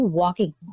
walking